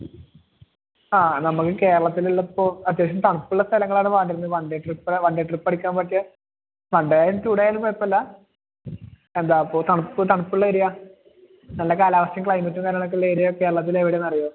ആ നമുക്ക് കേരളത്തിലില്ലിപ്പോൾ അത്യാവശ്യം തണുപ്പുള്ള സ്ഥലങ്ങളാണ് വേണ്ടിയിരുന്നത് one day trip one day ട്രിപ്പടിക്കാന് പറ്റിയ വൺ ഡെ ആയാലും ടൂ ഡെ ആയാലും കുഴപ്പമില്ല എന്താ തണുപ്പ് തണുപ്പുള്ള നല്ല കാലാവസ്ഥയും ക്ലൈമറ്റും കാര്യങ്ങളൊക്കെയുള്ള ഏരിയ കേരത്തിലെവിടെ എന്ന് അറിയാമോ